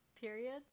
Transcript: period